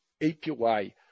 APY